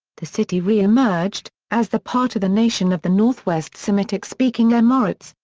the city re-emerged, as the part of the nation of the northwest semitic speaking amorites,